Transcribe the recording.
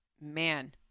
Man